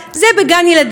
זה בגן ילדים.